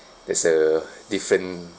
there's a different